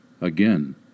Again